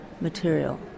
material